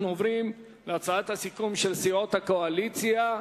אנחנו עוברים להצעת הסיכום של סיעות הקואליציה.